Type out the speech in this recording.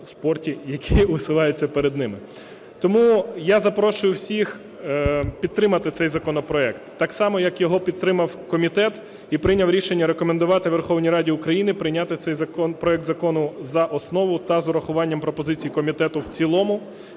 Тому я запрошую всіх підтримати цей законопроект. Так само, як його підтримав комітет і прийняв рішення рекомендувати Верховній Раді України прийняти цей проект закону за основу та з урахуванням пропозицій комітету в цілому